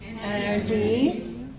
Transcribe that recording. Energy